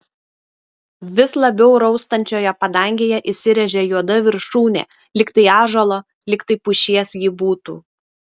vis labiau raustančioje padangėje įsirėžė juoda viršūnė lyg tai ąžuolo lyg tai pušies ji būtų